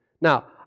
Now